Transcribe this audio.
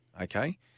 okay